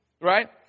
right